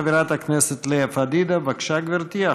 חברת הכנסת לאה פדידה, בבקשה, גברתי.